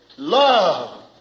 Love